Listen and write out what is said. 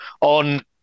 on